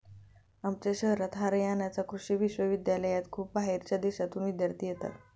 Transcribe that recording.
आमच्या शहरात हरयाणा कृषि विश्वविद्यालयात खूप बाहेरच्या देशांतून विद्यार्थी येतात